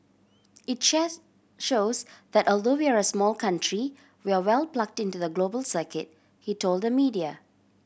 it just shows that although we're a small country we're well plugged into the global circuit he told the media